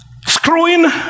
Screwing